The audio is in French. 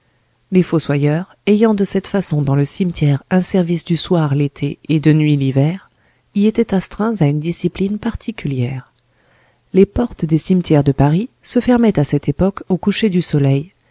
les fossoyeurs ayant de cette façon dans le cimetière un service du soir l'été et de nuit l'hiver y étaient astreints à une discipline particulière les portes des cimetières de paris se fermaient à cette époque au coucher du soleil